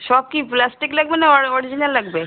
সব কি প্লাস্টিক লাগবে না অর অরিজিনাল লাগবে